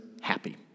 happy